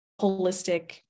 holistic